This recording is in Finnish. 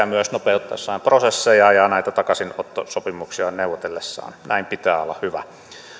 myös nopeuttaessaan prosesseja ja näitä takaisinottosopimuksia neuvotellessaan näin pitää olla hyvä